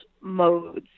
modes